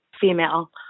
female